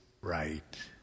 right